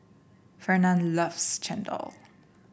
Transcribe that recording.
Fernand loves chendol